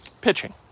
Pitching